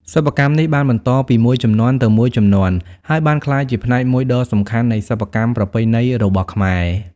សិប្បកម្មនេះបានបន្តពីមួយជំនាន់ទៅមួយជំនាន់ ហើយបានក្លាយជាផ្នែកមួយដ៏សំខាន់នៃសិប្បកម្មប្រពៃណីរបស់ខ្មែរ។